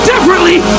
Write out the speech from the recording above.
Differently